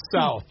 south